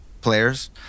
Players